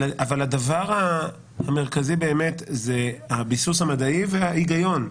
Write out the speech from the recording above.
אבל הדבר המרכזי באמת זה הביסוס המדעי וההיגיון.